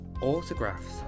autographs